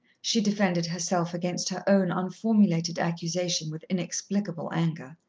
she defended herself against her own unformulated accusation with inexplicable anger.